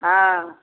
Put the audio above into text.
हँ